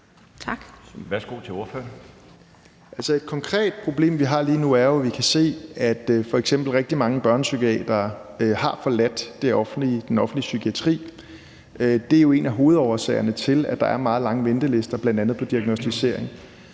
Pelle Dragsted (EL): Altså, et konkret problem, vi har lige nu, er jo, at f.eks. rigtig mange børnepsykiatere har forladt den offentlige psykiatri. Det er jo en af hovedårsagerne til, at der er meget lange ventelister bl.a. på diagnosticering.